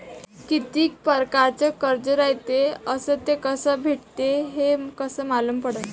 कितीक परकारचं कर्ज रायते अस ते कस भेटते, हे कस मालूम पडनं?